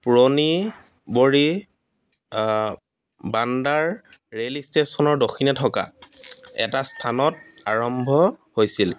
পুৰণি বৰি বান্দাৰ ৰেল ষ্টেশ্যনৰ দক্ষিণে থকা এটা স্থানত আৰম্ভ হৈছিল